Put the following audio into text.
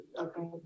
Okay